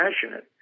passionate